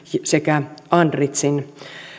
sekä andritzin